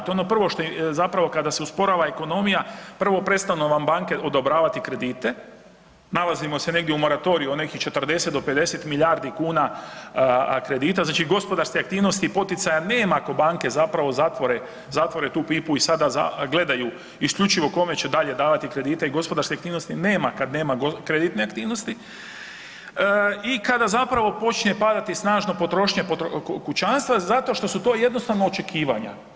To je ono prvo što zapravo kada se usporava ekonomija prvo prestanu vam banke odobravati kredite, nalazimo se negdje u moratoriju od nekih 40 do 50 milijardi kuna kredita, znači gospodarske aktivnosti i poticaja nema ako banke zapravo zatvore, zatvore tu pipu i sada gledaju isključivo kome će dalje davati kredite i gospodarske aktivnosti nema kad nema kreditne aktivnosti i kada zapravo počne padati snažno potrošnja kućanstva zato što su to jednostavno očekivanja.